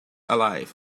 alive